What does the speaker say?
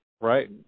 right